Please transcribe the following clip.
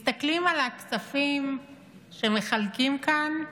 מסתכלים על הכספים שמחלקים כאן,